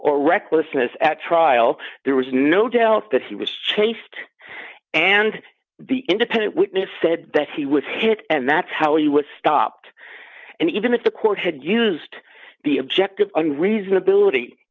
or recklessness at trial there was no doubt that he was chased and the independent witness said that he was hit and that's how he was stopped and even if the court had used the object of an reasonab